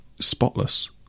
spotless